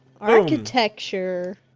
architecture